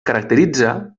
caracteritza